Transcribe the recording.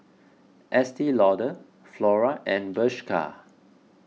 Estee Lauder Flora and Bershka